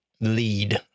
lead